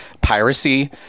piracy